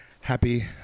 happy